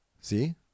See